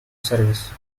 service